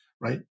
right